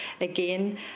again